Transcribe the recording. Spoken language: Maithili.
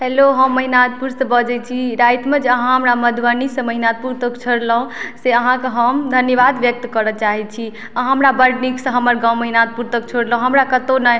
हेलो हम महिनाथपुर से बजै छी रातिमे जे अहाँ हमरा मधुबनी से महिनाथपुर तक छोड़लहुॅं से अहाँके हम धन्यवाद व्यक्त करऽ चाहै छी अहाँ हमरा बड़ नीक सऽ हमर गाँव महिनाथपुर तक छोड़लहुॅं हमरा कतौ नहि